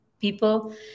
people